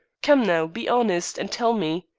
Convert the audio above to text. come now, be honest, and tell me.